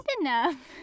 enough